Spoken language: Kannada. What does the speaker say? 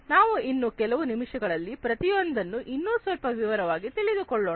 ನಾವು ಇನ್ನು ಕೆಲವು ನಿಮಿಷಗಳಲ್ಲಿ ಪ್ರತಿಯೊಂದನ್ನು ಇನ್ನು ಸ್ವಲ್ಪ ವಿವರವಾಗಿ ತಿಳಿದುಕೊಳ್ಳೋಣ